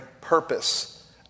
purpose